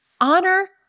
Honor